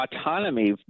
autonomy